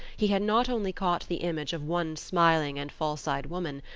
he had not only caught the image of one smiling and false-eyed woman,